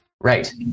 right